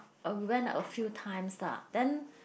oh we went a few times lah then